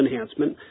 enhancement